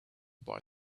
boy